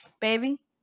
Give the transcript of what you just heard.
Baby